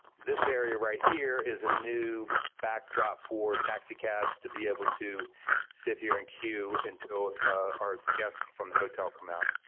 this area right here is a new backdrop for taxicabs to be able to sit here in queue until our guests from the hotel come out.